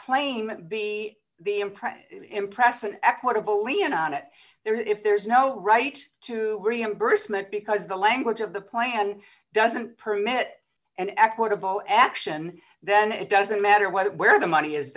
imprint impress an equitable lien on it there if there is no right to reimbursement because the language of the plan doesn't permit an equitable action then it doesn't matter what where the money